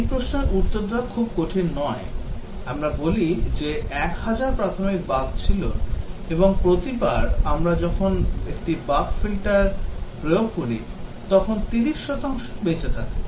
এই প্রশ্নের উত্তর দেওয়া খুব কঠিন নয় আমরা বলি যে 1000 প্রাথমিক বাগ ছিল এবং প্রতিবার আমরা যখন একটি বাগ ফিল্টার প্রয়োগ করি তখন 30 শতাংশ বেঁচে থাকে